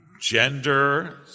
Gender